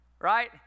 Right